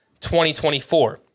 2024